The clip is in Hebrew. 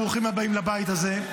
ברוכים הבאים לבית הזה.